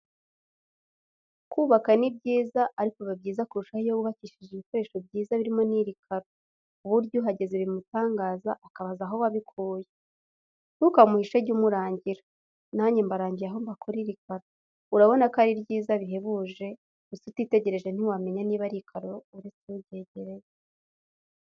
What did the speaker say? Kubaka ni byiza ariko biba byiza kurushaho iyo wubakishije ibikoresho byiza birimo n'iri karo, ku buryo uhageze bimutangaza, akabaza aho wabikuye. Ntukamuhishe jya umurangira. Nanjye mbarangiye aho bakora iri karo, urabona ko arir yiza bihebuje. Gusa utitegereje ntiwamenya niba ari ikaro uretse uryegereye.